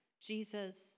Jesus